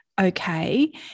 okay